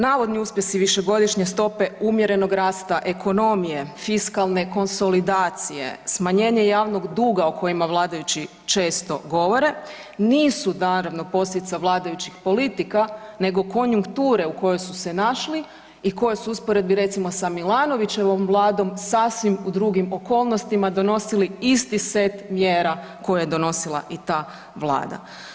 Navodni uspjesi višegodišnje stope umjerenog rasta ekonomije, fiskalne konsolidacije, smanjenje javnog duga o kojem vladajući često govore, nisu naravno posljedica vladajućih politika, nego konjunkture u kojoj se našli i koje su u usporedbi recimo, s Milanovićevom Vladom sasvim u drugim okolnostima donosili isti set mjera koje je donosila i ta Vlada.